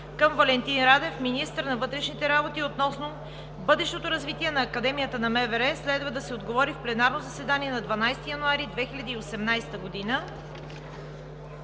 към Валентин Радев – министър на вътрешните работи, относно бъдещето развитие на Академията на МВР. Следва да се отговори в пленарно заседание на 12 януари 2018 г.